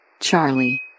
Charlie